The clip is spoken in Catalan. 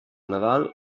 nadal